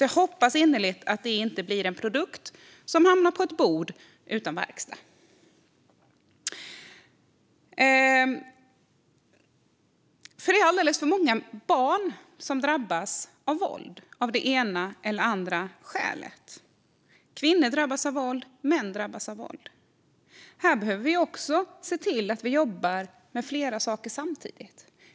Jag hoppas innerligt att det här inte blir en produkt som bara hamnar på ett bord så att det inte blir någon verkstad. Det är alldeles för många barn som drabbas av våld av det ena eller det andra skälet. Kvinnor drabbas av våld. Män drabbas av våld. Här behöver vi också se till att vi jobbar med flera saker samtidigt.